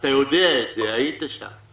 אתה יודע את זה, היית שם.